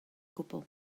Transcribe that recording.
gwbl